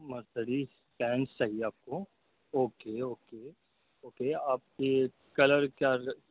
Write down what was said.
Mercedes چاہیے آپ کو اوکے اوکے اوکے آپ کی کلر کیا